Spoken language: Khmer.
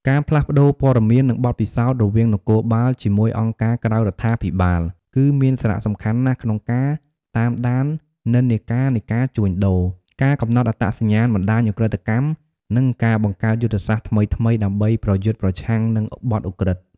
ការផ្លាស់ប្ដូរព័ត៌មាន និងបទពិសោធន៍រវាងនគរបាល ជាមួយអង្គការក្រៅរដ្ឋាភិបាល គឺមានសារៈសំខាន់ណាស់ក្នុងការតាមដាននិន្នាការនៃការជួញដូរ ការកំណត់អត្តសញ្ញាណបណ្ដាញឧក្រិដ្ឋកម្ម និងការបង្កើតយុទ្ធសាស្ត្រថ្មីៗដើម្បីប្រយុទ្ធប្រឆាំងនឹងបទឧក្រិដ្ឋ។